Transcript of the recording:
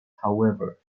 however